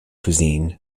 cuisine